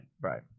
Right